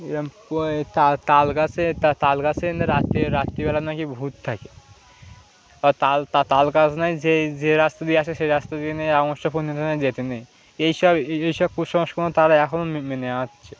তার কাছে তার কাছে রাত্রি রাত্রিবেলায় নয় কি ভূত থাকে আর তাল তাল কাছ নায় যে রাস্তা দিয়ে আসে সেই রাস্তা দিয়ে নিয়ে যেতে নেই এইসব এইসব কুসংস্কার তারা এখন মেনে আছে